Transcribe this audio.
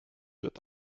wird